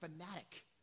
fanatic